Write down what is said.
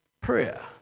Prayer